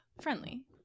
friendly